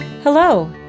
Hello